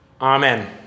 Amen